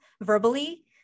verbally